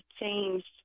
changed